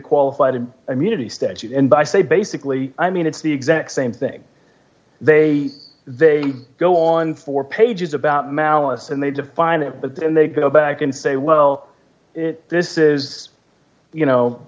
qualified immunity statute and by say basically i mean it's the exact same thing they they go on for pages about malice and they define it but then they go back and say well this is you know